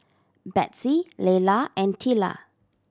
Betsey Leila and Tilla